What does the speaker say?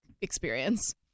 experience